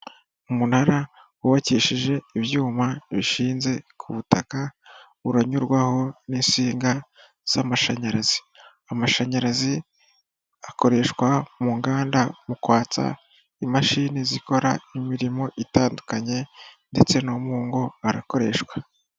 Umunara wubakishije ibyuma bishinze ku butaka, uranyurwaho n'insinga z'amashanyarazi. Amashanyarazi akoreshwa mu nganda mu kwatsa imashini zikora imirimo itandukanye ndetse no mu ngo arakoreshwa.